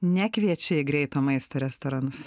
nekviečiai į greito maisto restoranus